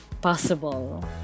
possible